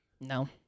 No